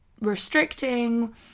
restricting